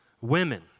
women